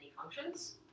functions